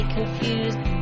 Confused